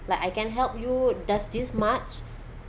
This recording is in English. like I can help you does this much